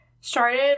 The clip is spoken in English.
started